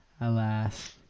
Alas